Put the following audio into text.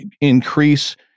increase